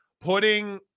putting